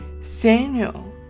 Samuel